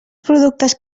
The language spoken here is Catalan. productes